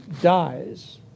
dies